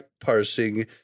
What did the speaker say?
parsing